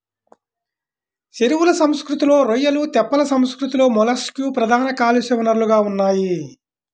చెరువుల సంస్కృతిలో రొయ్యలు, తెప్పల సంస్కృతిలో మొలస్క్లు ప్రధాన కాలుష్య వనరులుగా ఉన్నాయి